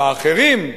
ואחרים,